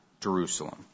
Jerusalem